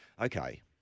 okay